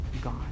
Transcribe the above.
God